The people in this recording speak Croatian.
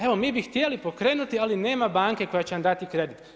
Evo, mi bi htjeli pokrenuti, ali nema banke, koja će vam dati kredit.